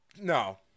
No